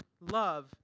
Love